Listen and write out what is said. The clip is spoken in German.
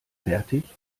fertig